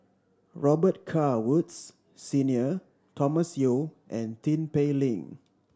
Robet Carr Woods Senior Thomas Yeo and Tin Pei Ling